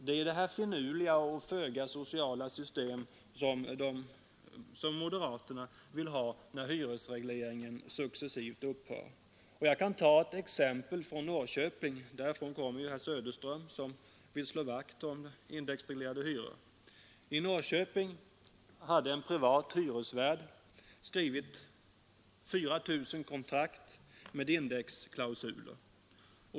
Det är detta finurliga och föga sociala system som moderaterna vill ha när hyresregleringen successivt upphör. Jag kan ta ett exempel från Norrköping; därifrån kommer ju herr Söderström som vill slå vakt om indexreglerade hyror. I Norrköping hade en privat hyresvärd skrivit 4 000 kontrakt med indexklausuler.